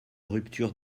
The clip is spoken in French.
rupture